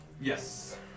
Yes